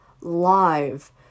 live